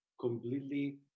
completely